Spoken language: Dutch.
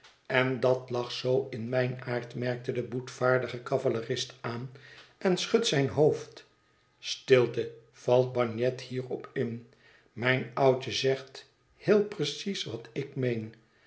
en dat lag zoo in mijn aard merkt de boetvaardige cavalerist aan en schudt zijn hoofd stilte valt bagnet hierop in mijn oudje zegt heel precies wat ik meen